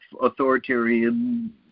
authoritarian